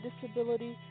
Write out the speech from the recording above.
disability